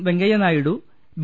വെങ്കയ്യനായി do be